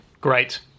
Great